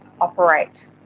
operate